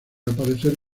aparecer